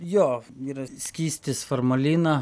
jo yra skystis formalina